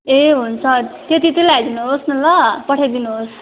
ए हुन्छ त्यति चाहिँ ल्याइदिनुहोस् न ल पठाइदिनुहोस्